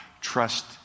trust